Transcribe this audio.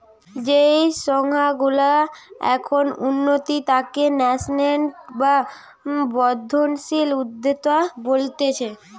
যেই সংস্থা গুলা এখন উঠতি তাকে ন্যাসেন্ট বা বর্ধনশীল উদ্যোক্তা বোলছে